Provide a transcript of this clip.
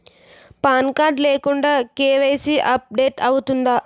Pan card లేకుండా KYC update అవుతుందా?